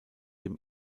dem